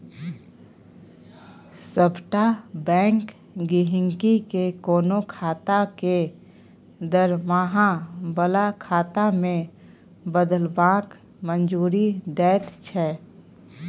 सभटा बैंक गहिंकी केँ कोनो खाता केँ दरमाहा बला खाता मे बदलबाक मंजूरी दैत छै